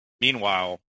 meanwhile